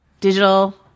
digital